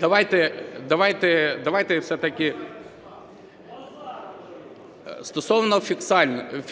Давайте все-таки… Стосовно